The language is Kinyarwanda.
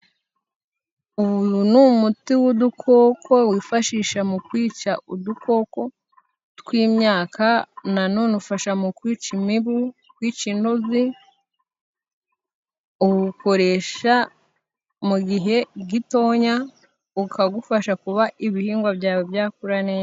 uyu ni umuti w'udukoko, wifashisha mu kwica udukoko tw'imyaka, na none ufasha mu kwica imibu, kwica intozi. Uwukoresha mu gihe gitoya, ukagufasha kuba ibihingwa byawe byakura neza.